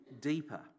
deeper